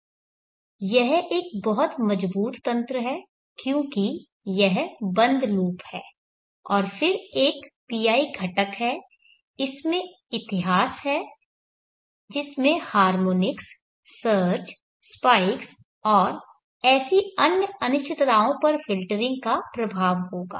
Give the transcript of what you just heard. यह एक बहुत मजबूत तंत्र है क्योंकि यह बंद लूप है और फिर एक PI घटक है इसमें इतिहास है जिसमें हार्मोनिक्स सर्ज स्पाइक्स और ऐसी अन्य अनिश्चितताओं पर फ़िल्टरिंग का प्रभाव होगा